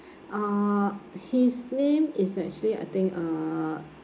uh his name is actually I think uh